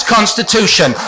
Constitution